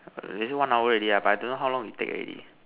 is it one hour already ah but I don't know how long we take already